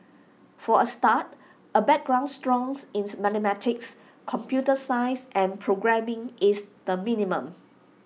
for A start A background strong in mathematics computer science and programming is the minimum